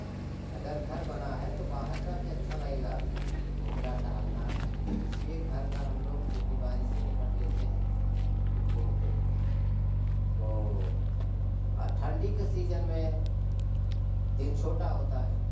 अगर घर बना है तो बाहर का भी अच्छा लगेगा आपको घूमना टहलना इसलिए घर का हम लोग खेती बाड़ी से निपट लेते हैं तो घूमते हैं तो और ठंडी के सीजन में दिन छोटा होता है